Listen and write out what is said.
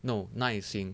no 耐心